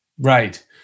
Right